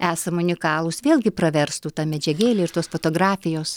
esam unikalūs vėlgi praverstų ta medžiagėlė ir tos fotografijos